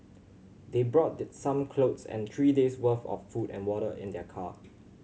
they brought the some clothes and three days worth of food and water in their car